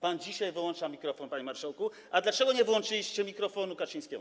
Pan dzisiaj wyłącza mikrofon, panie marszałku, a dlaczego wtedy nie wyłączyliście mikrofonu Kaczyńskiemu?